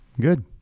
Good